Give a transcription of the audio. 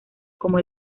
como